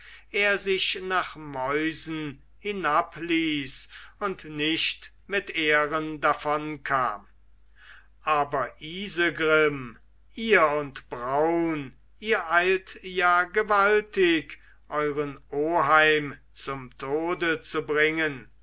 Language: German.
er sich nach mäusen hinabließ und nicht mit ehren davonkam aber isegrim ihr und braun ihr eilt ja gewaltig euren oheim zum tode zu bringen